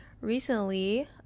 recently